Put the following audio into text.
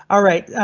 alright,